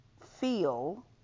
feel